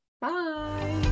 Bye